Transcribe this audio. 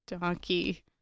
Donkey